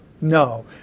No